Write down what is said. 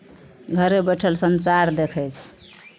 घरे बैठल संसार देखै छै